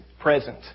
present